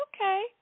Okay